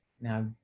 now